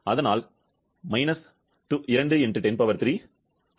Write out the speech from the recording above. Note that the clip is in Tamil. அதனால் − 2×103 − 1W2 0